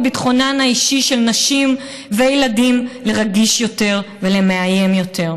ביטחונן האישי של נשים וילדים לרגיש יותר ולמאוים יותר.